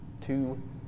Two